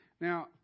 Now